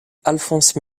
alphonse